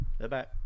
Bye-bye